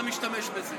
אתה משתמש בזה.